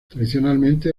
tradicionalmente